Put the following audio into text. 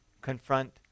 confront